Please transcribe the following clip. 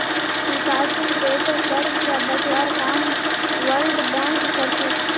विकासशील देशक कर्ज स बचवार काम वर्ल्ड बैंक कर छेक